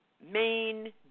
main